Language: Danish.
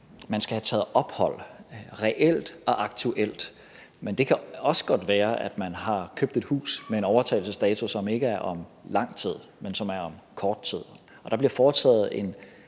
man skal have taget ophold, reelt og aktuelt. Men det kan også godt være, at man har købt et hus med en overtagelsesdato, som ikke er om lang tid, men som er om kort tid; og der bliver foretaget en